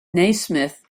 naismith